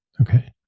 Okay